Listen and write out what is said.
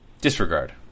Disregard